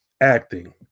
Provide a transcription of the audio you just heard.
acting